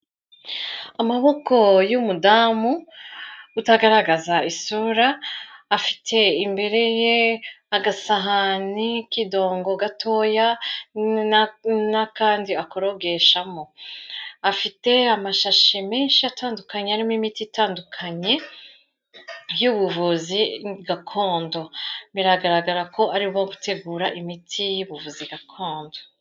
Amaboko y'umudamu utagaragaza isura, afite imbere ye agasahani k'idongo gatoya n'akandi akorogeshamo. Afite amashashi menshi atandukanye arimo imiti itandukanye y'ubuvuzi gakondo. Biragaragara ko arimo gutegura imiti y'ubuvuzi gakondo.